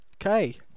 Okay